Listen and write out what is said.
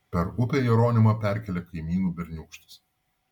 per upę jeronimą perkėlė kaimynų berniūkštis